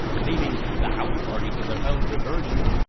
leaving the house-party to their own diversions,